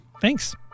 Thanks